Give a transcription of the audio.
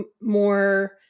more